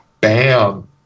Bam